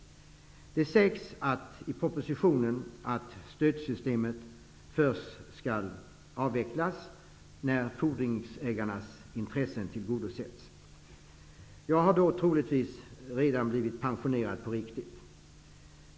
I propositionen står det att stödsystemet skall avvecklas först när fordringsägarnas intressen har tillgodosetts. Jag har då troligen pensionerats på riktigt.